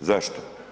zašto?